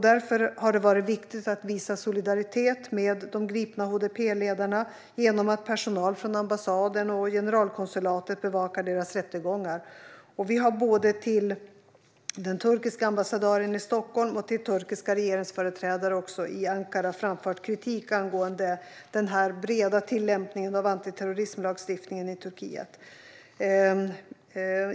Därför har det varit viktigt att visa solidaritet med de gripna HDP-ledarna genom att personal från ambassaden och generalkonsulatet bevakar deras rättegångar. Vi har både till den turkiska ambassadören i Stockholm och till turkiska regeringsföreträdare i Ankara framfört kritik angående denna breda tillämpning av antiterrorismlagstiftningen i Turkiet.